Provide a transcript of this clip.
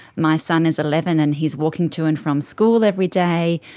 my son is eleven and he's walking to and from school every day,